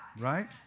Right